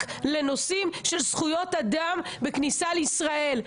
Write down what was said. לנושאים של זכויות אדם בכניסה לישראל.